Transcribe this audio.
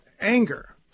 anger